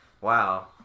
Wow